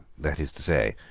that is to say,